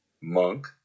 Monk